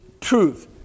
truth